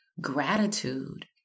gratitude